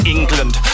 England